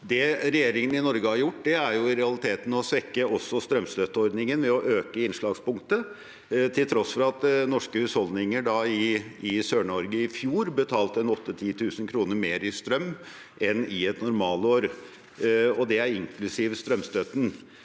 Det regjeringen i Norge har gjort, er i realiteten også å svekke strømstøtteordningen, ved å øke innslagspunktet, til tross for at norske husholdninger i Sør-Norge i fjor betalte 8 000–10 000 kr mer i strøm enn i et nor malår, og det er inklusiv strømstøtten.